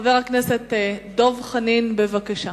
חבר הכנסת דב חנין, בבקשה.